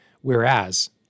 Whereas